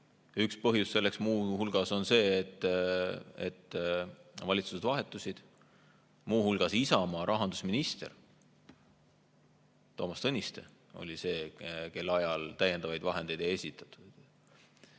Üks põhjus selleks muu hulgas on see, et valitsused vahetusid, muu hulgas Isamaa rahandusminister. Toomas Tõniste oli see, kelle ajal täiendavaid vahendeid ei eraldatud.